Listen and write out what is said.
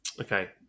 Okay